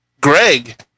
Greg